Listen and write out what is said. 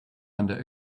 under